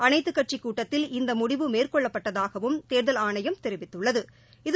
அனைத்துக் கட்சிக் கூட்டத்தில் இந்த முடிவு மேற்கொள்ளப்பட்டதாகவும் தேர்தல் ஆணையம் தெரிவித்துள்ளது